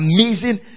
Amazing